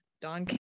Don